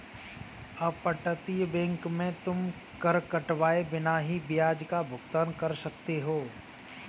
अपतटीय बैंक में तुम कर कटवाए बिना ही ब्याज का भुगतान कर सकते हो